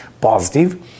positive